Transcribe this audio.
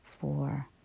four